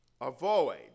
Avoid